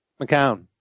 McCown